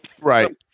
Right